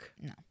no